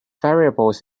variables